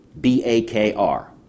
B-A-K-R